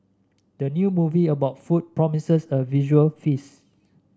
the new movie about food promises a visual feast